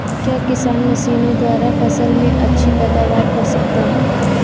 क्या किसान मशीनों द्वारा फसल में अच्छी पैदावार कर सकता है?